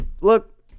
Look